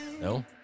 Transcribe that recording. No